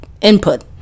input